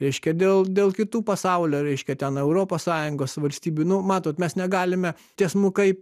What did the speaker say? reiškia dėl dėl kitų pasaulio reiškia ten europos sąjungos valstybių nu matot mes negalime tiesmukai